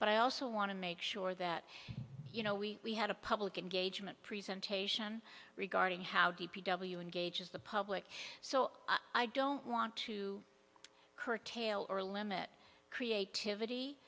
but i also want to make sure that you know we had a public engagement presentation regarding how d p w engages the public so i don't want to curtail or limit creativity